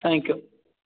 thank you